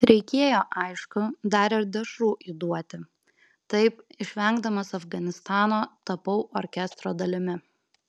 reikėjo aišku dar ir dešrų įduoti taip išvengdamas afganistano tapau orkestro dalimi